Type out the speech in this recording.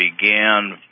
began